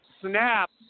Snap